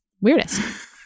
Weirdest